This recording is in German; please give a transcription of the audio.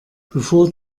bevor